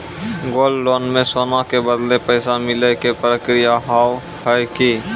Gold loan मे सोना के बदले पैसा मिले के प्रक्रिया हाव है की?